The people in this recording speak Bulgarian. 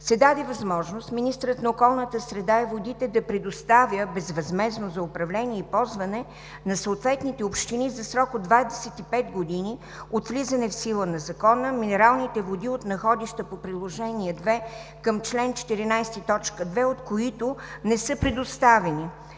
се даде възможност министърът на околната среда и водите да предоставя безвъзмездно за управление и ползване на съответните общини за срок от 25 години от влизане в сила на Закона, минералните води от находища по Приложение 2 към чл. 14, т. 2, от които не са предоставени: